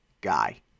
guy